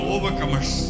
Overcomers